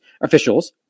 officials